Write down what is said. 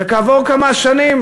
וכעבור כמה שנים,